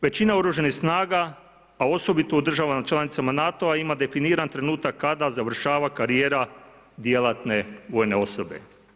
Većina OS-a a osobito u državama članicama NATO-a, ima definiran trenutak kada završava karijera djelatne vojne osobe.